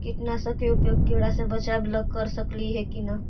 कीटनाशक के उपयोग किड़ा से बचाव ल कर सकली हे की न?